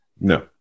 no